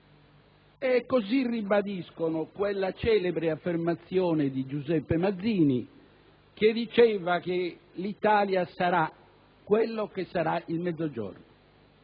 al Sud, ribadendo così quella celebre affermazione di Giuseppe Mazzini secondo cui l'Italia sarà quello che sarà il Mezzogiorno.